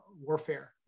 warfare